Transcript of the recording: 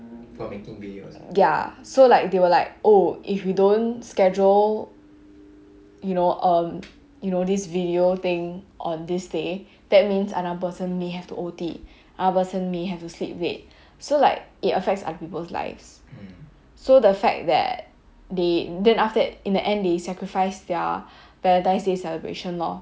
ya so like they will like oh if we don't schedule you know um you know this video thing on this day that means another person may have to O_T another person may have to sleep late so like it affects other people's lives so the fact that they then after that in the end they sacrifice their valentine's day celebration lor